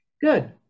Good